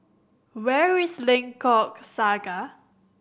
where is Lengkok Saga